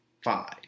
Five